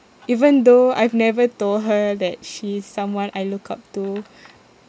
even though I've never told her that she is someone I look up to